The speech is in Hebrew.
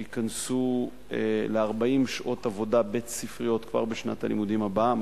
שייכנסו ל-40 שעות עבודה בית-ספריות כבר בשנת הלימודים הבאה,